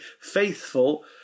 faithful